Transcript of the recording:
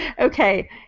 Okay